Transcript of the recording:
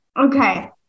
okay